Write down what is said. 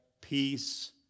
peace